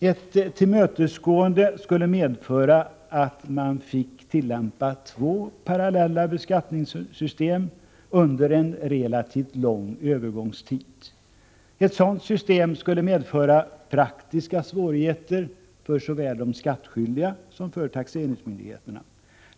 Ett tillmötesgående skulle medföra att man fick tillämpa två parallella beskattningssystem under en relativt lång övergångstid. En sådan ordning medför praktiska svårigheter för såväl skattskyldiga som taxeringsmyndigheter.